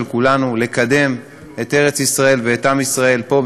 ברצון המשותף של כולנו לקדם את ארץ-ישראל ואת עם ישראל פה,